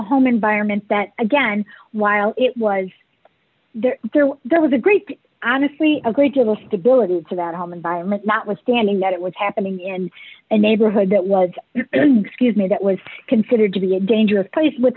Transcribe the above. home environment that again while it was there there was a great honestly agreed to the stability to that home environment notwithstanding that it was happening in a neighborhood that was scuse me that was considered to be a dangerous place with